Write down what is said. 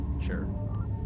Sure